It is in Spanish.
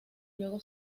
luego